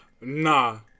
nah